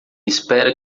espera